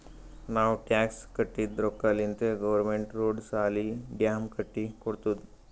ನಾವ್ ಟ್ಯಾಕ್ಸ್ ಕಟ್ಟಿದ್ ರೊಕ್ಕಾಲಿಂತೆ ಗೌರ್ಮೆಂಟ್ ರೋಡ್, ಸಾಲಿ, ಡ್ಯಾಮ್ ಕಟ್ಟಿ ಕೊಡ್ತುದ್